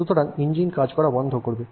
সুতরাং ইঞ্জিন কাজ বন্ধ করবে